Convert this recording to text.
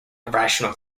irrational